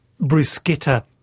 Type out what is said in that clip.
bruschetta